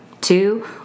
two